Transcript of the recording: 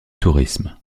tourisme